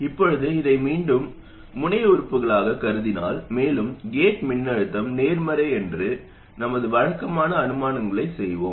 இப்போது இதை இரண்டு முனைய உறுப்புகளாகக் கருதினால் மேலும் கேட் மின்னழுத்தம் நேர்மறை என்று நமது வழக்கமான அனுமானங்களைச் செய்வோம்